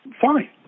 fine